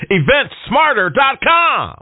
eventsmarter.com